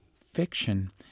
fiction